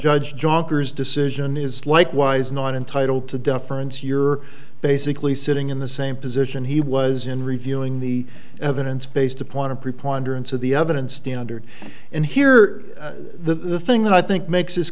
judge jonkers decision is likewise not entitle to deference you're basically sitting in the same position he was in reviewing the evidence based upon a preponderance of the evidence standard and here the thing that i think makes this